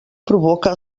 provoca